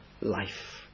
life